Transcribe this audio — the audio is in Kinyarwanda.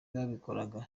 babikoraga